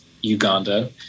Uganda